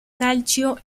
calcio